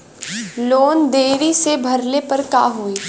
Loan देरी से भरले पर का होई?